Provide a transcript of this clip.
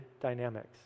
dynamics